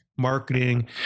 marketing